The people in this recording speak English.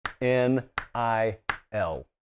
N-I-L